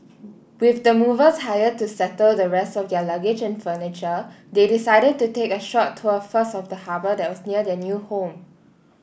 with the movers hired to settle the rest of their luggage and furniture they decided to take a short tour first of the harbour that was near their new home